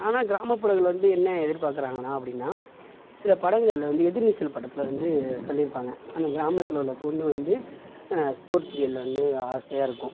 ஆனால் கிராமப்புறங்களில் வந்து என்ன எதிர் பார்க்குறாங்கனா அப்படினா சில படங்களில் வந்து எதிர்நீச்சல் படத்துலிருந்து சொல்லியிருப்பாங்க அந்த கிராமத்தில் உள்ள பொண்ணுங்க வந்து ஸ்போட்ஸ் கேம் வந்து ஆசையாக இருக்கும்